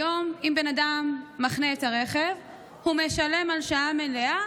היום אם בן אדם מחנה את הרכב הוא משלם על שעה מלאה